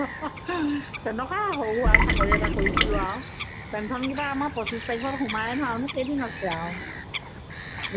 তেনেকুৱা সৰু আৰু চাকৰি এটা কৰিছিলোঁ আৰু পেনচনকেইটা আমাৰ পঁচিছ তাৰিখত সোমাই নহয়নো কেইদিন আছে আৰু